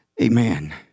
amen